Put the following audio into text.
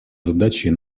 задачей